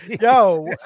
yo